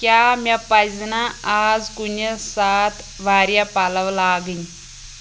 کیٛاہ مےٚ پَزِ نہ آز کُنہِ ساتہٕ واریاہ پلو لاگٕنۍ